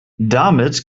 damit